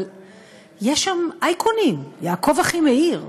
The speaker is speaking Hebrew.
אבל יש שם אייקונים: יעקב אחימאיר,